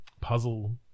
puzzle